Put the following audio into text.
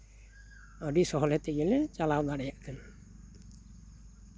ᱟᱹᱰᱤ ᱥᱚᱦᱞᱮ ᱛᱮᱜᱮᱞᱮ ᱪᱟᱞᱟᱣ ᱫᱟᱲᱮᱭᱟᱜ ᱠᱟᱱᱟ